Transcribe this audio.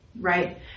right